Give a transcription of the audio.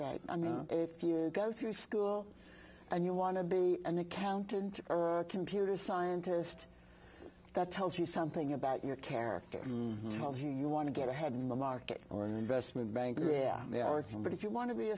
right if you go through school and you want to be an accountant or a computer scientist that tells you something about your character tells you you want to get ahead in the market or an investment banker yeah they are from but if you want to be